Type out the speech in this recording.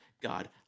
God